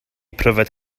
pryfed